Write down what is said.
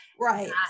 Right